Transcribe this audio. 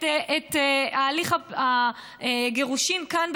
את הליך הגירושין כאן,